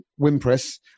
Wimpress